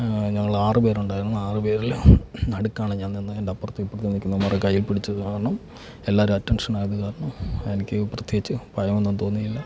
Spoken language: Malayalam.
ഞങ്ങൾ ആറ് പേരുണ്ടായിരുന്നു ആ ആറ് പേരിൽ നടുക്കാണ് ഞാൻ നിന്നത് എൻ്റെ അപ്പുറത്തും ഇപ്പുറത്തും നിൽക്കുന്നവന്മാരുടെ കയ്യിൽ പിടിച്ചത് കാരണം എല്ലാവരും അറ്റൻഷൻ ആയത് കാരണം എനിക്ക് പ്രത്യേകിച്ച് ഭയം ഒന്നും തോന്നിയില്ല